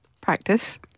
practice